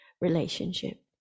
relationship